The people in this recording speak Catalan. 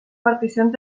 particions